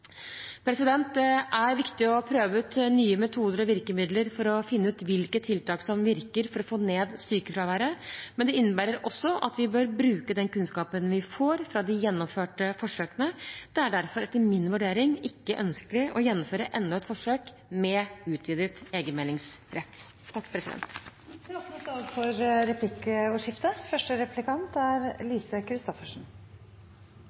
Det er viktig å prøve ut nye metoder og virkemidler for å finne ut hvilke tiltak som virker for å få ned sykefraværet. Men det innebærer også at vi bør bruke den kunnskapen vi får fra de gjennomførte forsøkene. Det er derfor etter min vurdering ikke ønskelig å gjennomføre enda et forsøk med utvidet egenmeldingsrett. Det blir replikkordskifte. I likhet med det representanten Lundteigen ga uttrykk for i sitt innlegg, er